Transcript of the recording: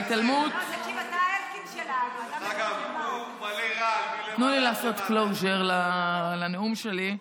תנו לי לעשות closure לנאום שלי.